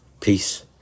Peace